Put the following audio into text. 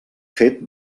fet